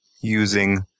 Using